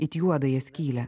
it juodąją skylę